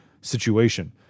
situation